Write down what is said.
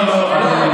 לא, לא.